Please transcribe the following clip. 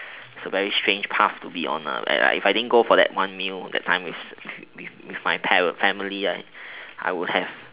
it's a very strange path to be on ah if I didn't go for that one meal that time with with my family ah I would have